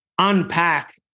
unpack